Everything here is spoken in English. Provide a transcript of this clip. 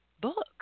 book